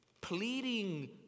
Pleading